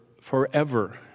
forever